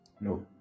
no